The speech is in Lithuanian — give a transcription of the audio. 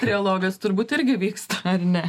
trialogas turbūt irgi vyksta ar ne